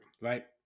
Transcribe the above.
Right